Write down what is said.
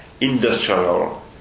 industrial